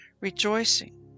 rejoicing